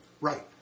Right